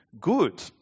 good